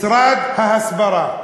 משרד ההסברה.